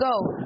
go